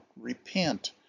repent